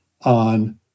on